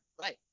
right